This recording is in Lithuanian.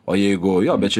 o jeigu jo bet čia